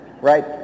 right